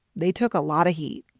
they took a lot of heat